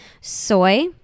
soy